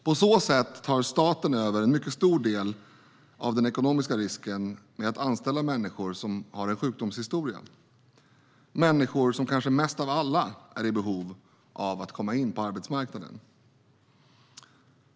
På så sätt tar staten över en mycket stor del av den ekonomiska risken med att anställa människor som har en sjukdomshistoria, människor som kanske mest av alla är i behov av att komma in på arbetsmarknaden.